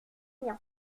bien